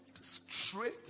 straight